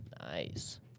Nice